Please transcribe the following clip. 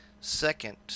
second